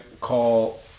call